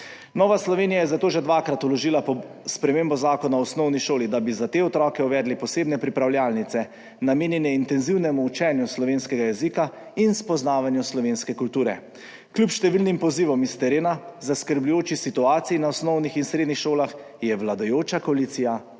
Nova Slovenija je zato že dvakrat vložila spremembo Zakona o osnovni šoli, da bi za te otroke uvedli posebne pripravljalnice, namenjene intenzivnemu učenju slovenskega jezika in spoznavanju slovenske kulture. Kljub številnim pozivom s terena, zaskrbljujoči situaciji na osnovnih in srednjih šolah je vladajoča koalicija zakon